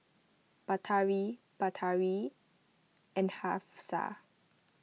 Batari Batari and Hafsa